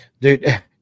Dude